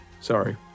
Sorry